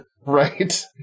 Right